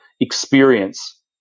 experience